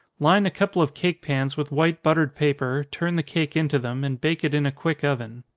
line a couple of cake pans with white buttered paper, turn the cake into them, and bake it in a quick oven.